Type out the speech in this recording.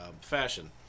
fashion